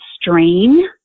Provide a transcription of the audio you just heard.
strain